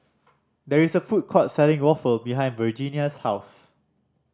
there is a food court selling waffle behind Virginia's house